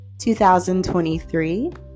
2023